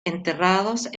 enterrados